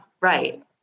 Right